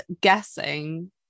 guessing